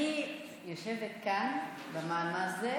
אני יושבת כאן במעמד הזה,